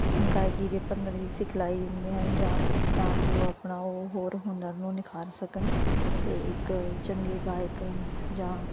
ਗਾਇਕੀ ਅਤੇ ਭੰਗੜੇ ਦੀ ਸਿਖਲਾਈ ਦਿੰਦੇ ਹਨ ਜਾ ਕਿ ਤਾਂ ਜੋ ਆਪਣਾ ਉਹ ਹੋਰ ਹੁਨਰ ਨੂੰ ਨਿਖਾਰ ਸਕਣ ਅਤੇ ਇੱਕ ਚੰਗੇ ਗਾਇਕ ਜਾਂ